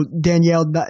danielle